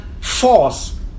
force